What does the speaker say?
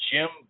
Jim